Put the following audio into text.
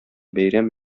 бәйрәм